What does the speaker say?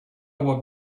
what